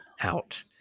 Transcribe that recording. out